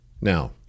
Now